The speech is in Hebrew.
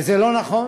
זה לא נכון.